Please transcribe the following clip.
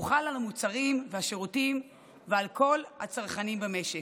והוא חל על המוצרים והשירותים ועל כל הצרכנים במשק.